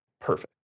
perfect